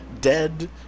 dead